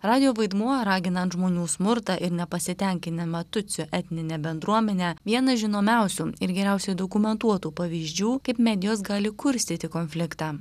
radijo vaidmuo raginant žmonių smurtą ir nepasitenkinimą tutsių etninę bendruomene vieną žinomiausių ir geriausiai dokumentuotų pavyzdžių kaip medijos gali kurstyti konfliktą